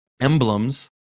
emblems